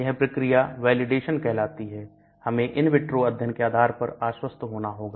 यह प्रक्रिया वैलिडेशन कहलाती है हमें इनविट्रो अध्ययन के आधार पर आश्वस्त होना होगा